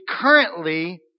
currently